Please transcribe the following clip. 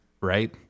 right